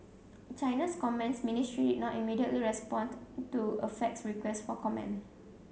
China's comments ministry did not immediately respond to a faxed request of comment